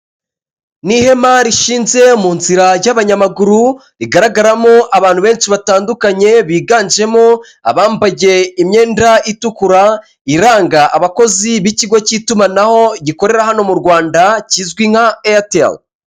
Ni ihema rishinze mu nzira y'abanyamaguru rigaragaramo abantu benshi batandukanye biganjemo abambaye imyenda itukura iranga abakozi b'ikigo cy'itumanaho gikorera hano mu Rwanda kizwi nka eyateri.